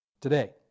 today